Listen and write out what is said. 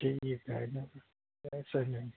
ठीक आहे ना जायचं मग